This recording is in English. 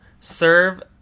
serve